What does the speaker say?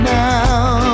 now